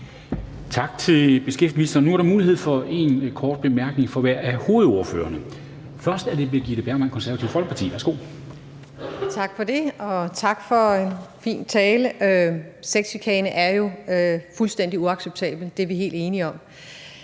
Tak til beskæftigelsesministeren. Nu er der mulighed for én kort bemærkning fra hver af hovedordførerne. Først er det Birgitte Bergman, Det Konservative Folkeparti. Værsgo. Kl. 10:11 Birgitte Bergman (KF): Tak for det, og tak for en fin tale. Sexchikane er jo fuldstændig uacceptabelt; det er vi helt enige om.